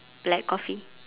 black coffee